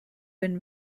been